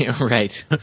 Right